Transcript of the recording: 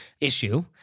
issue